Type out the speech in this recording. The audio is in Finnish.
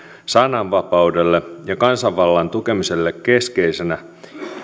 sananvapaudelle ja kansanvallan tukemiselle keskeisenä